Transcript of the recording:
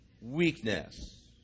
weakness